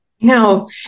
No